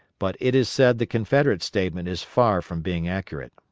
but it is said the confederate statement is far from being accurate.